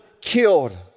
killed